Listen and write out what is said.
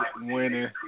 winning